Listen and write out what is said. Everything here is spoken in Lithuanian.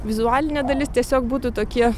vizualinė dalis tiesiog būtų tokie